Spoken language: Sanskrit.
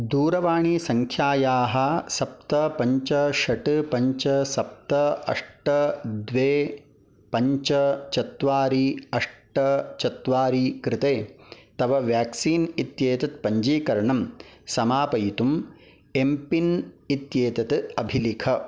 दूरवाणीसङ्ख्यायाः सप्त पञ्च षट् पञ्च सप्त अष्ट द्वे पञ्च चत्वारि अष्ट चत्वारि कृते तव व्याक्सीन् इत्येतत् पञ्जीकरणं समापयितुम् एम्पिन् इत्येतत् अभिलिख